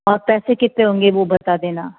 और पैसे कितने होंगे वो बता देना